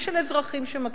ושל אזרחים שמקשיבים,